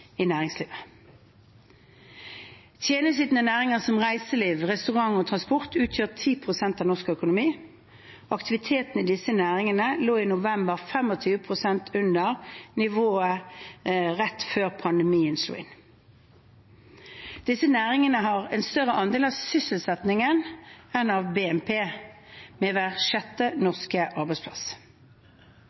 i næringslivet. Tjenesteytende næringer som reiseliv, restauranter og transport utgjør 10 pst. av norsk økonomi, og aktiviteten i disse næringene lå i november 25 pst. under nivået rett før pandemien slo inn. Disse næringene har en større andel av sysselsettingen enn av BNP, med hver sjette norske arbeidsplass.